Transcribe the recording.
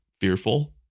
fearful